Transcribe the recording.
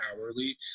hourly